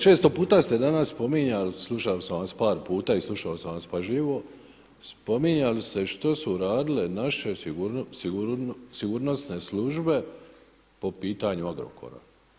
Često puta ste danas spominjali, slušao sam vas par puta i slušao sam vas pažljivo, spominjali ste što su radile naše sigurnosne službe po pitanju Agrokora.